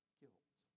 guilt